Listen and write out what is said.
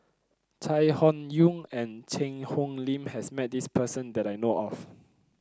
Chai Hon Yoong and Cheang Hong Lim has met this person that I know of